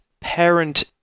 parent